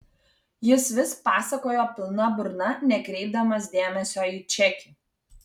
jis vis pasakojo pilna burna nekreipdamas dėmesio į čekį